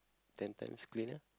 ten times cleaner